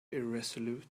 irresolute